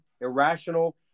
irrational